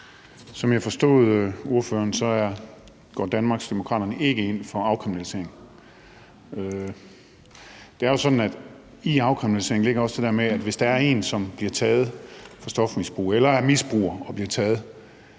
Som jeg forstod ordføreren, går Danmarksdemokraterne ikke ind for afkriminalisering. Det er jo sådan, at der i forhold til afkriminalisering også ligger det der med, at hvis der er en, som er misbruger og bliver taget